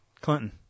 Clinton